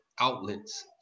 outlets